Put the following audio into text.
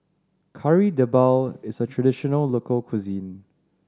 Kari Debal is a traditional local cuisine